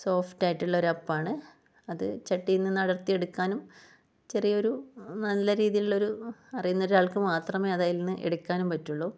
soft ആയിട്ടുള്ള ഒരു അപ്പമാണ് അത് ചട്ടിയിൽ നിന്ന് അടർത്തിയെടുക്കാനും ചെറിയ ഒരു നല്ല രീതിയിലുള്ള ഒരു അറിയുന്ന ഒരാൾക്ക് മാത്രമേ അതിൽ നിന്ന് എടുക്കാനും പറ്റുള്ളൂ